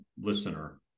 listener